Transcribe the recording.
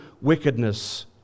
wickedness